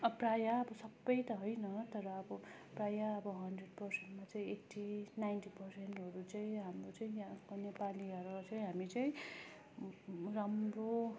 अब प्रायः अब सबै त होइन तर अब प्रायः अब हन्ड्रेड पर्सेन्टमा चाहिँ एट्टी नाइन्टी पर्सेन्टहरू चाहिँ हाम्रो चाहिँ यहाँको नेपालीहरू चाहिँ हामी चाहिँ राम्रो